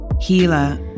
healer